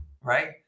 right